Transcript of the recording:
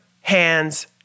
hands